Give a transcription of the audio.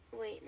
wait